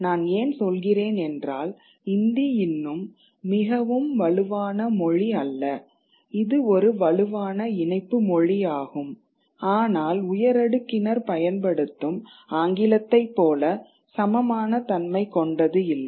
நான் ஏன் சொல்கிறேன் என்றால் இந்தி இன்னும் மிகவும் வலுவான மொழி அல்ல இது ஒரு வலுவான இணைப்பு மொழி ஆகும் ஆனால் உயர் அடுக்கினர் பயன்படுத்தும் ஆங்கிலத்தைப் போல சமமான தன்மை கொண்டது இல்லை